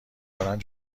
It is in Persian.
دارند